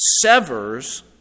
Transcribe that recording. severs